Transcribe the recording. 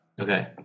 Okay